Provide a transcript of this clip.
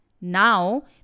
Now